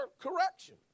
correction